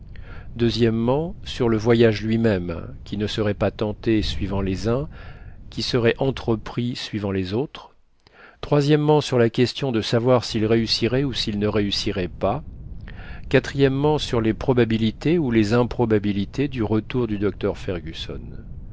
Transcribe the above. sur le voyage lui-même qui ne serait pas tenté suivant les uns qui serait entrepris suivant les autres sur la question de savoir s'il réussirait ou s'il ne réussirait pas sur les probabilités ou les improbabilités du retour du docteur fergusson